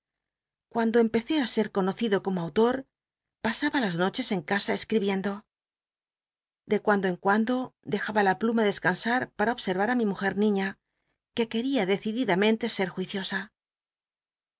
cuando empecé á ser conocido como autor pasaba las noches en casa escribiendo biblioteca nacional de españa david copperfiel d de cuando en cuando dejaba la pluma descansat para observar á mi mujcr niíh que qucria decididamente u et juiciosa